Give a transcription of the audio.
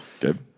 Good